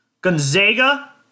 Gonzaga